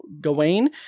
Gawain